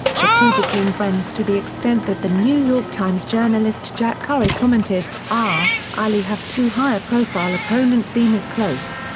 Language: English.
the two became friends to the extent that the new york times journalist jack curry commented r arely have two higher-profile opponents been as close.